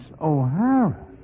O'Hara